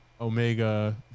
omega